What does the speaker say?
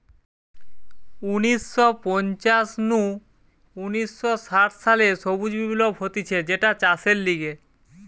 উনিশ শ পঞ্চাশ নু উনিশ শ ষাট সালে সবুজ বিপ্লব হতিছে যেটা চাষের লিগে